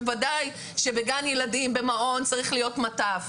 בוודאי שבגן ילדים ובמעון צריך להיות מטף.